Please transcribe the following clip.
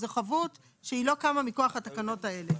זאת חבות שהיא לא קמה מכוח התקנות האלה.